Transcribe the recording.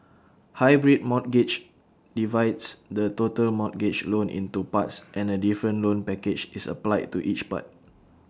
hybrid mortgages divides the total mortgage loan into parts and A different loan package is applied to each part